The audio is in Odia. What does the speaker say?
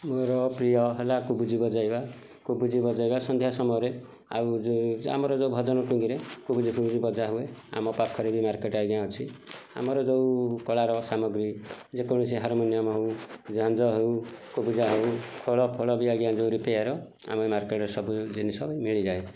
ମୋର ପ୍ରିୟ ହେଲା କୁବୁଜି ବଜେଇବା କୁବୁଜି ବଜେଇବା ସନ୍ଧ୍ୟା ସମୟରେ ଆଉ ଯେଉଁ ଆମର ଯେଉଁ ଭଜନ ଟୁଙ୍ଗୀରେ କୁବୁଜି ଫୁବୁଜି ବଜା ହୁଏ ଆମ ପାଖରେ ବି ମାର୍କେଟ୍ ଆଜ୍ଞା ଅଛି ଆମର ଯେଉଁ କଳାର ସାମଗ୍ରୀ ଯେକୌଣସି ହରାମୋନିୟମ୍ ହଉ ଝାଞ୍ଜ ହଉ କୁବୁଜା ହଉ ଖଳ ଫଳ ବି ଆଜ୍ଞା ଯେଉଁ ରିପ୍ୟାୟର୍ ହଉ ଆମ ମାର୍କେଟ୍ ରେ ସବୁ ଜିନିଷ ମିଳିଯାଏ